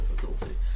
difficulty